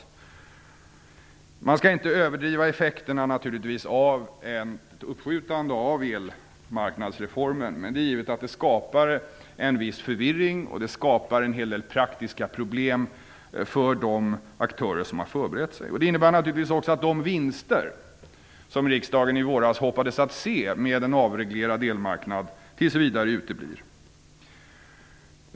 Man skall naturligtvis inte överdriva effekterna av ett uppskjutande av elmarknadsreformen, men det är givet att det skapar en viss förvirring. Det skapar en hel del praktiska problem för de aktörer som har förberett sig. Det innebär naturligtvis också att de vinster som riksdagen i våras hoppades skulle bli följden av en avreglerad elmarknad tills vidare uteblir.